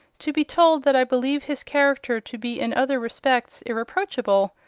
to be told, that i believe his character to be in other respects irreproachable,